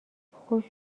خوش